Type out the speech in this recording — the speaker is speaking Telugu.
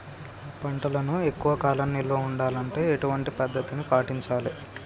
పంటలను ఎక్కువ కాలం నిల్వ ఉండాలంటే ఎటువంటి పద్ధతిని పాటించాలే?